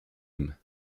him